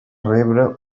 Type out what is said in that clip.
rebre